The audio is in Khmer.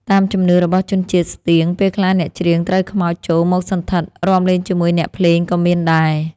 តាមជំនឿរបស់ជនជាតិស្ទៀងពេលខ្លះអ្នកច្រៀងត្រូវខ្មោចចូលមកសណ្ឋិត រាំលេងជាមួយអ្នកភ្លេងក៏មានដែរ។